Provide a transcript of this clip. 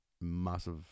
massive